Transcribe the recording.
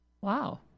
Wow